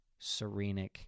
serenic